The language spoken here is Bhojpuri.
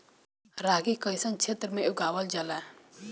रागी कइसन क्षेत्र में उगावल जला?